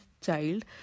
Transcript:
child